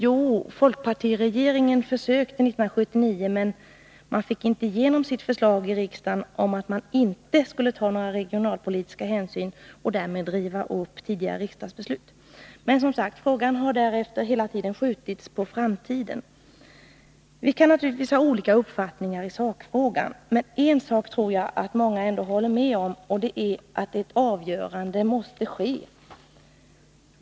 Jo, folkpartiregeringen försökte 1979, men fick inte igenom sitt förslag i riksdagen om att man inte skulle ta några regionalpolitiska hänsyn och därmed riva upp tidigare riksdagsbeslut. Men, som sagt, frågan har därefter hela tiden skjutits på framtiden. Vi kan naturligtvis ha olika uppfattningar i sakfrågan. Men en sak tror jag att många ändå håller med mig om, och det är att ett avgörande måste ske.